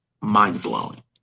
mind-blowing